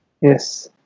Yes